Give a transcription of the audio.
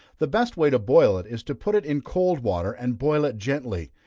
the best way to boil it is to put it in cold water, and boil it gently,